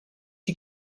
you